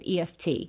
EFT